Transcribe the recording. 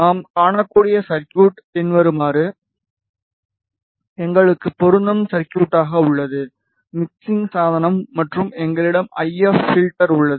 நாம் காணக்கூடிய சர்குய்ட் பின்வருமாறு எங்களுக்கு பொருந்தும் சர்குய்ட்டாக உள்ளது மிக்ஸிங் சாதனம் மற்றும் எங்களிடம் ஐ எப் பில்டர் உள்ளது